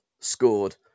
scored